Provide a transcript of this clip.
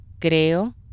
Creo